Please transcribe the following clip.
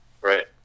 right